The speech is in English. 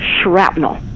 shrapnel